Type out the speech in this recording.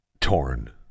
torn